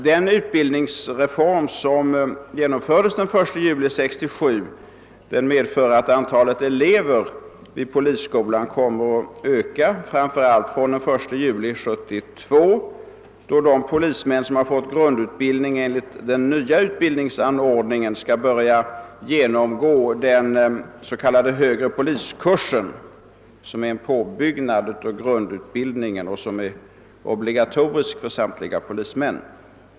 Den utbildningsreform som genomfördes den 1 juli 1967 medför att antalet elever vid polisskolan kommer att öka, framför allt från den 1 juli 1972 när de polismän som fått grundutbildning enligt den nya utbildningsordningen skall börja genomgå den s.k. högre poliskursen, vilken är en påbyggnad av polisutbildningen och vilken är obligatorisk för samtliga polismän.